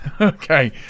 okay